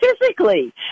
physically